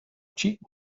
cheap